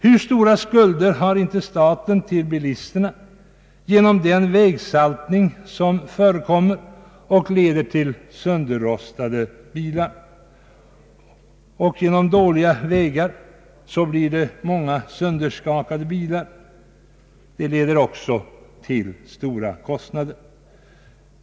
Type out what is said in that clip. Hur stora skulder har inte staten till bilisterna genom den vägsaltning som förekommer och leder till sönderrostade bilar? Genom dåliga vägar blir det många sönderskakade bilar, vilket också leder till stora kostnader.